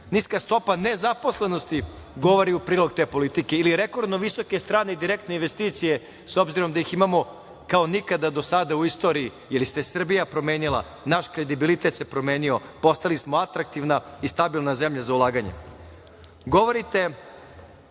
niska stopa nezaposlenosti govori u prilog te politike ili rekordno visoke strane i direktne investicije, s obzirom da ih imamo kao nikada do sada u istoriji jer se Srbija promenila, naš kredibilitet se promenio, postali smo atraktivna i stabilna zemlja za ulaganje? Govorite